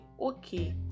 okay